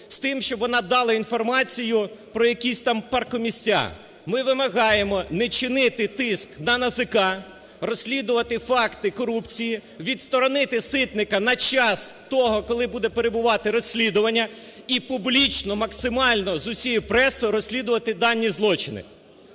з тим, щоб вона дала інформацію про якісь там паркомісця. Ми вимагаємо не чинити тиск на НАЗК, розслідувати факти корупції, відсторонити Ситника на час того, коли буде перебувати розслідування, і публічно максимально з усією пресою розслідувати дані злочини.